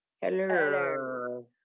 Hello